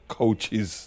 coaches